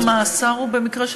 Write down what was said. אבל המאסר הוא במקרה,